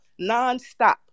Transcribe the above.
nonstop